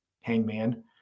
Hangman